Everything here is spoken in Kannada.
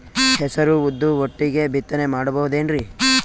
ಹೆಸರು ಉದ್ದು ಒಟ್ಟಿಗೆ ಬಿತ್ತನೆ ಮಾಡಬೋದೇನ್ರಿ?